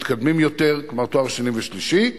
מתקדמים יותר, כלומר תואר שני ותואר שלישי.